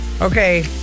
Okay